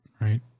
right